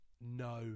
no